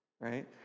right